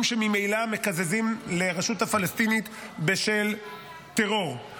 שממילא מקזזים לרשות הפלסטינית בשל טרור.